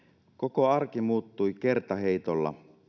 koko arki muuttui kertaheitolla